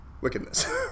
wickedness